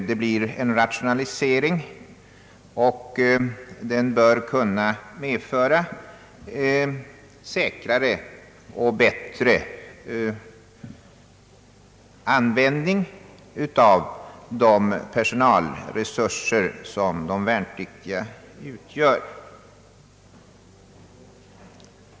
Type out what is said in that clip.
Det blir en rationalisering, och den bör kunna medföra säkrare och bättre användning av de personalresurser som de värnpliktiga utgör.